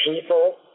people